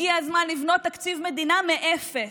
הגיע הזמן לבנות תקציב מדינה מאפס.